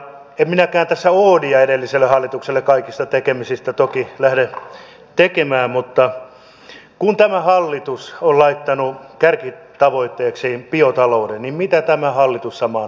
en minäkään tässä oodia edelliselle hallitukselle kaikista tekemisistä toki lähde tekemään mutta kun tämä hallitus on laittanut kärkitavoitteekseen biotalouden niin mitä tämä hallitus samaan aikaan tekee